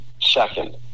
Second